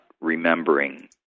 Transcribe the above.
remembering